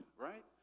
right